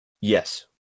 Yes